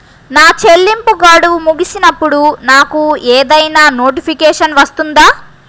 నా చెల్లింపు గడువు ముగిసినప్పుడు నాకు ఏదైనా నోటిఫికేషన్ వస్తుందా?